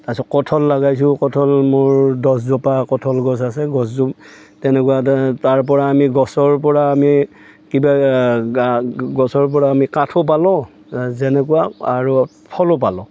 তাৰ পিছত কঠল লগাইছোঁ কঠল মোৰ দহজোপা কঠল গছ আছে তেনেকুৱাকে তাৰ পৰা আমি গছৰ পৰা আমি কিবা গা গছৰ পৰা আমি কাঠো পালোঁ যেনেকুৱা আৰু ফলো পালোঁ